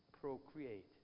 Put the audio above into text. procreate